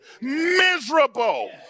miserable